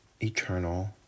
eternal